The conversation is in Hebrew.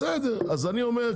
אז אני אומר,